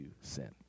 sin